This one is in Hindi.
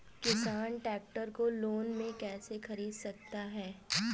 किसान ट्रैक्टर को लोन में कैसे ख़रीद सकता है?